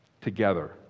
Together